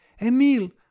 Emil